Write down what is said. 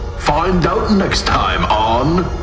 find out next time on.